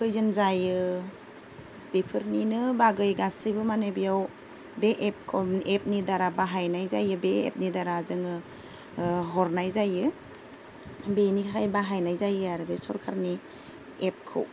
खैजोन जायो बेफोरनिनो बागै गासैबो माने बेयाव बे एपनि दारा बाहायनाय जायो बे एपनि दारा जोङो हरनाय जायो बेनिखायनो बाहायनाय जायो आरो बे सोरखारनि एपखौ